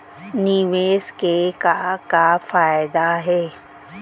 निवेश के का का फयादा हे?